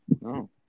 No